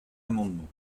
amendement